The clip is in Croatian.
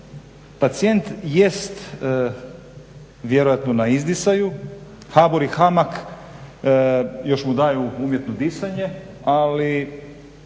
Pacijent jest vjerojatno na izdisaju, HBOR i HAMAG još mu daju umjetno disanje, ali